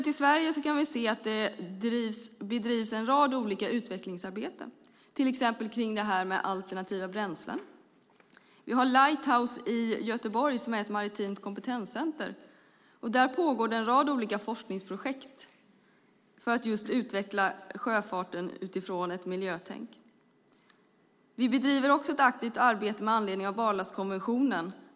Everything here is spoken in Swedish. I Sverige bedrivs det mycket utvecklingsarbete, till exempel kring alternativa bränslen. Lighthouse i Göteborg är ett maritimt kompetenscentrum. Där pågår det en rad olika forskningsprojekt för att utveckla sjöfarten utifrån ett miljötänk. Vi bedriver ett aktivt med anledning av barlastkonventionen.